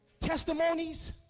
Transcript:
Testimonies